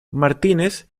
martínez